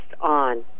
on